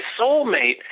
soulmate